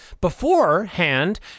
beforehand